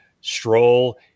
stroll